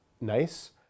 nice